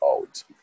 out